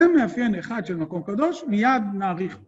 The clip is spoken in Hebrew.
זה מאפיין אחד של מקום קדוש, מיד נאריך.